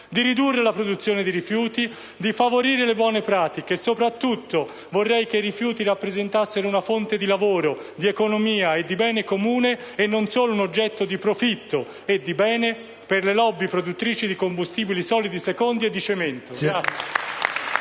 di ridurre la produzione di rifiuti, di favorire le buone pratiche; soprattutto, vorrei che i rifiuti rappresentassero una fonte di lavoro, di economia e un bene comune e non solo un oggetto di profitto e un bene per le *lobby* produttrici di combustibili solidi secondari e di cemento.